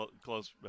close